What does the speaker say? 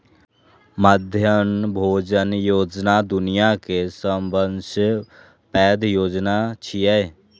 मध्याह्न भोजन योजना दुनिया के सबसं पैघ योजना छियै